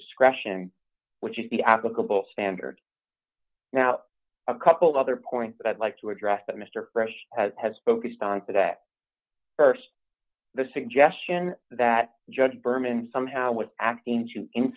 discretion which is the applicable standard now a couple of other points but i'd like to address that mr press has focused on today st the suggestion that judge berman somehow was acting to in